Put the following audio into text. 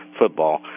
football